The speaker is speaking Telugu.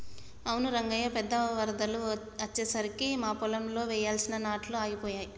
అవును రంగయ్య పెద్ద వరదలు అచ్చెసరికి మా పొలంలో వెయ్యాల్సిన నాట్లు ఆగిపోయాయి